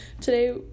today